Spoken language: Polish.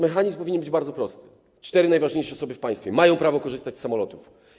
Mechanizm powinien być bardzo prosty: cztery najważniejsze osoby w państwie mają prawo korzystać z samolotów.